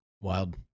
Wild